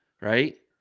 right